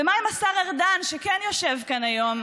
ומה עם השר ארדן, שכן יושב כאן היום